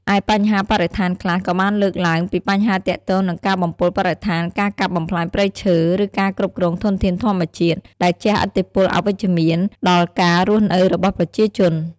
ឯបញ្ហាបរិស្ថានខ្លះក៏បានលើកឡើងពីបញ្ហាទាក់ទងនឹងការបំពុលបរិស្ថាន ការកាប់បំផ្លាញព្រៃឈើ ឬការគ្រប់គ្រងធនធានធម្មជាតិ ដែលជះឥទ្ធិពលអវិជ្ជមានដល់ការស់នៅរបស់ប្រជាជន ។